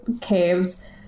caves